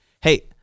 hey